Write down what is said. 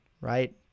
right